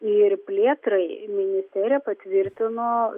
ir plėtrai ministerija patvirtino